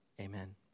Amen